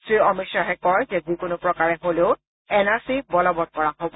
শ্ৰী অমিত শ্বাহে কয় যে যিকোনো প্ৰকাৰে হলেও এন আৰ চি বলৱৎ কৰা হব